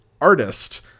artist